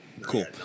cool